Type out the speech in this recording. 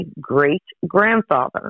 great-grandfather